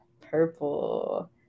purple